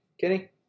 Kenny